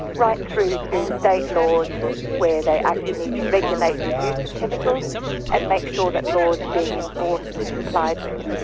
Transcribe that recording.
right through to to state laws where they actually need to regulate the use of chemicals and make sure that laws are being enforced and complied with.